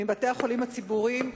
מבתי-החולים הציבוריים.